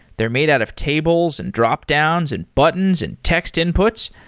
they're made out of tables, and dropdowns, and buttons, and text inputs.